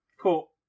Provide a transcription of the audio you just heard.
Cool